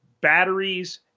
batteries